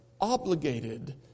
obligated